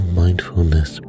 mindfulness